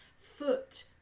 foot